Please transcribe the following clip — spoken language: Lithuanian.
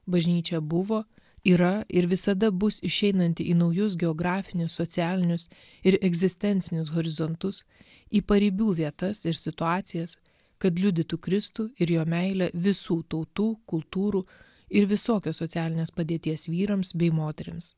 bažnyčia buvo yra ir visada bus išeinanti į naujus geografinius socialinius ir egzistencinius horizontus į paribių vietas ir situacijas kad liudytų kristų ir jo meilę visų tautų kultūrų ir visokios socialinės padėties vyrams bei moterims